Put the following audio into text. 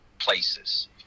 places